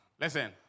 Listen